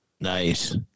Nice